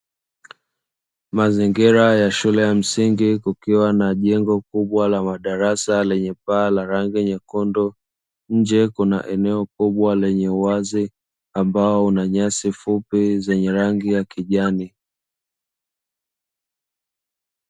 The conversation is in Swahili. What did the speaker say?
Mazingira ya shule ya msingi, kukiwa na jengo kubwa la madarasa lenye paa la rangi nyekundu, nje kuna eneo kubwa lenye uwazi ambao una nyasi fupi zenye rangi ya kijani.